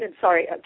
sorry